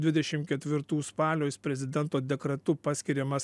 dvidešim ketvirtų spalio jis prezidento dekretu paskiriamas